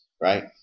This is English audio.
Right